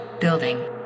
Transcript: Building